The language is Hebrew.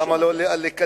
למה לא לקדנציה?